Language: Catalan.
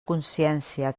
consciència